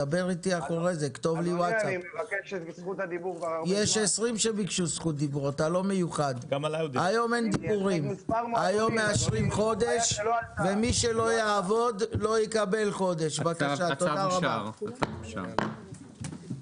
הישיבה ננעלה בשעה 12:53.